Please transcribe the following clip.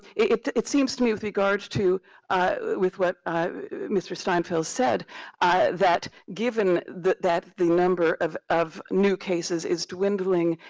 it it seems to me with regards to with what mr. steinfeld said that given that that the number of of new cases is dwindling,